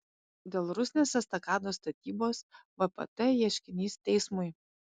dėl rusnės estakados statybos vpt ieškinys teismui